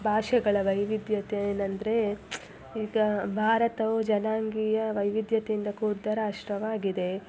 ಭಾಷೆಗಳ ವೈವಿಧ್ಯತೆ ಏನಂದರೆ ಈಗ ಭಾರತವು ಜನಾಂಗೀಯ ವೈವಿಧ್ಯತೆಯಿಂದ ಕೂಡಿದ ರಾಷ್ಟ್ರವಾಗಿದೆ